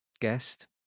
guest